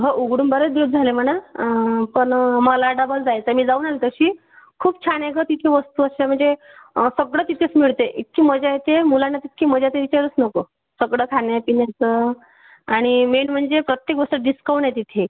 हो उघडून बरेच दिवस झाले म्हणा पण मला डबल जायचं आहे मी जाऊन आलो तशी खूप छान आहे गं तिथे वस्तू अशा म्हणजे सगळं तिथेच मिळते इतकी मजा येते मुलांना तर इतकी मजा येते विचारुच नको सगळं खाण्यापिण्याचं आणि मेन म्हणजे प्रत्येक गोष्ट डिस्काऊण आहे तिथे